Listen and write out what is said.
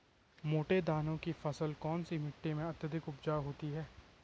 मोटे दाने की फसल कौन सी मिट्टी में अत्यधिक उपजाऊ होती है?